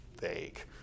Fake